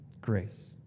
Grace